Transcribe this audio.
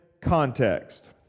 context